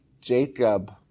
Jacob